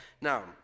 Now